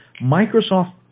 Microsoft